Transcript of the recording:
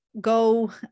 go